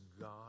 God